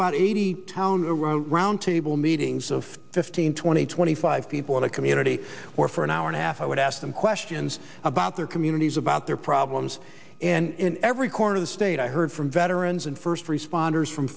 about eighty town roundtable meetings of fifteen twenty twenty five what a community where for an hour and a half i would ask them questions about their communities about their problems in every corner of the state i heard from veterans and first responders from